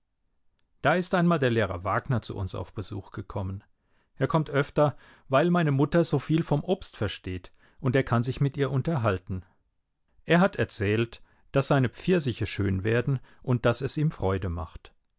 da ist einmal der lehrer wagner zu uns auf besuch gekommen er kommt öfter weil meine mutter soviel vom obst versteht und er kann sich mit ihr unterhalten er hat erzählt daß seine pfirsiche schön werden und daß es ihm freude macht